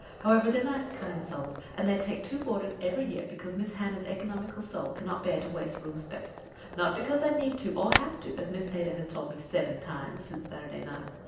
however, they're nice, kind souls, and they take two boarders every year because miss hannah's economical soul cannot bear to waste room space' not because they need to or have to, as miss ada has told me seven times since saturday night.